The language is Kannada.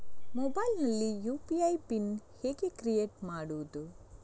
ಮೊಬೈಲ್ ನಲ್ಲಿ ಯು.ಪಿ.ಐ ಪಿನ್ ಹೇಗೆ ಕ್ರಿಯೇಟ್ ಮಾಡುವುದು?